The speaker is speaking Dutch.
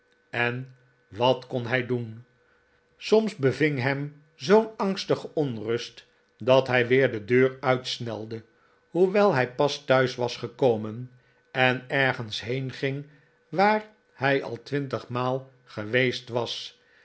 en wat kon hij doen soms beving hem zoo'n angstige onrust dat hij weer de deur uitsnelde hoewel hij pas thuis was gekomen en ergens heenging waar hij al twintigmaal geweest was